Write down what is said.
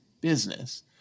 business